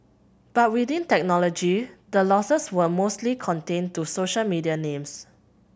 but within technology the losses were mostly contained to social media names